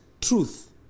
truth